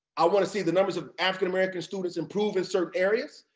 i want to see the numbers of african-american students improve in certain areas.